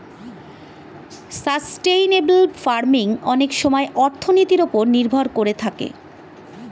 sustainable farming অনেক সময়ে অর্থনীতির ওপর নির্ভর করে থাকে